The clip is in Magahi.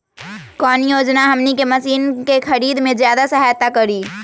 कौन योजना हमनी के मशीन के खरीद में ज्यादा सहायता करी?